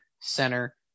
center